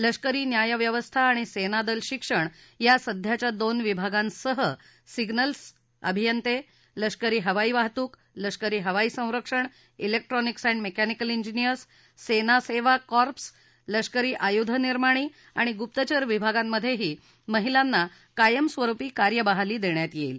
लष्करी न्यायव्यवस्था आणि सेनादल शिक्षण या सध्याच्या दोन विभागांसह सिम्नल्स अभियंते लष्करी हवाई वाहतूक लष्करी हवाई संरक्षण इलेक्ट्रॉनिक्स अँड मेक्तिकल इंजिनियर्स सेना सेवा कॉर्पस लष्करी आयुधनिर्माणि आणि गुप्तचर विभागांमधेही महिलांना कायमस्वरुपी कार्यबहाली देण्यात येईल